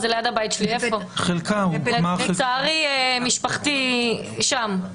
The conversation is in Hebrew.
לצערי, משפחתי שם.